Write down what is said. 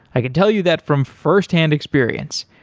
i could tell you that from firsthand experience.